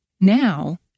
Now